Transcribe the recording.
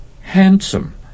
Handsome